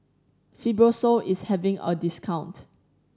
Fibrosol is having a discount